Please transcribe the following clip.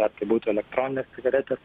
ar tai būtų elektroninės cigaretės